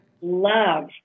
love